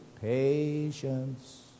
Patience